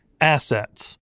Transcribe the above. assets